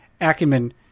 acumen